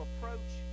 approach